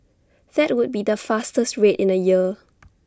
that would be the fastest rate in A year